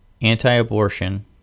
anti-abortion